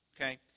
okay